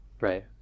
Right